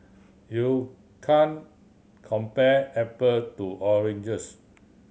you can't compare apple to oranges